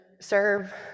serve